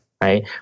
right